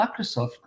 Microsoft